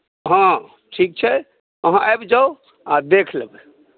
हँ ठीक छै अहाँ आबि जाउ आ देख लेबै